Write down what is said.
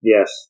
Yes